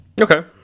Okay